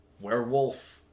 werewolf